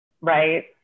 Right